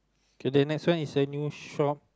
to the next one is a new shop